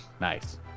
Nice